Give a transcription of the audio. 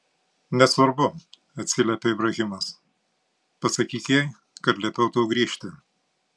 nesvarbu atsiliepė ibrahimas pasakyk jai kad liepiau tau grįžti